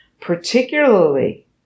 particularly